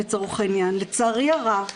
לצערי הרב,